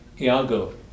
Iago